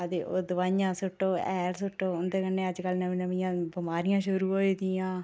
ते ओह् दवाइयां सुट्टो हैल सुट्टो उन्दे कन्ने अज्ज कल्ल नमियां नमियां बमारियां शुरू होई दियां